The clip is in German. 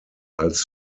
als